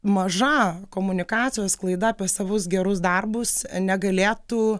maža komunikacijos sklaida apie savus gerus darbus negalėtų